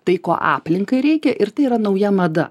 tai ko aplinkai reikia ir tai yra nauja mada